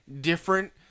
different